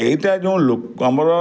ଏଇଟା ଯେଉଁ ଆମର